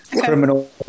criminal